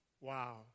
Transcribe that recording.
Wow